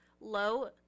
Low